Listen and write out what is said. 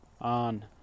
on